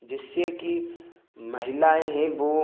जिससे कि महिलाएँ हैं वह